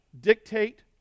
dictate